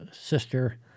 sister